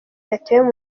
yatewe